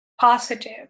positive